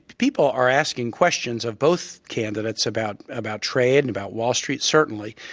people are asking questions of both candidates about about trade, and about wall street certainly.